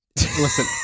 Listen